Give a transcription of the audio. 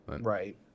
Right